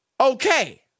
okay